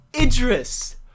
Idris